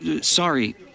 Sorry